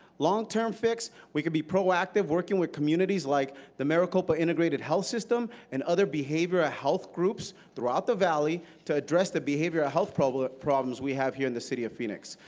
long-term fix, we could be proactive working with communities like the maricopa integrated health system and other behavioral health groups throughout the valley to address the behavioral health problems problems we have here in the city of phoenix.